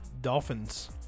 Dolphins